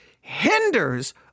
hinders